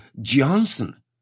Johnson